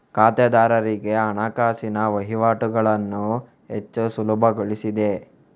ಖಾತೆದಾರರಿಗೆ ಹಣಕಾಸಿನ ವಹಿವಾಟುಗಳನ್ನು ಹೆಚ್ಚು ಸುಲಭಗೊಳಿಸಿದೆ